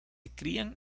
crían